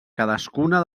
cadascuna